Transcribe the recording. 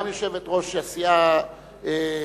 גם יושבת-ראש הסיעה,